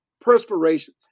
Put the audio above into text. perspiration